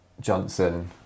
Johnson